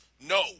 No